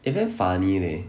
eh very funny leh